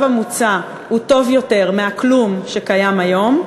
המוצע הוא טוב יותר מהכלום שקיים היום.